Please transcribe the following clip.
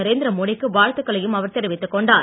நரேந்திரமோடிக்கு வாழ்த்துக்களையும் அவர் தெரிவித்துக் கொண்டார்